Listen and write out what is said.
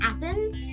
Athens